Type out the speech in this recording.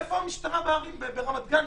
איפה המשטרה ברמת גן?